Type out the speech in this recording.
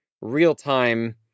real-time